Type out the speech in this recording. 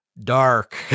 Dark